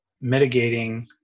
mitigating